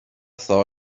saw